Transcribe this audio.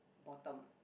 bottom